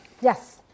Yes